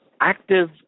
Active